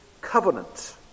covenant